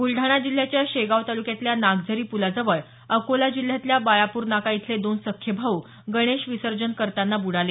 ब्रलडाणा जिल्ह्याच्या शेगाव तालुक्यातल्या नागझरी पुलाजवळ अकोला जिल्ह्यातल्या बाळापूर नाका इथले दोन सख्खे भाऊ गणेश विसर्जन करताना बूडाले